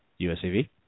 USAV